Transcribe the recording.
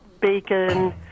bacon